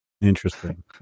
Interesting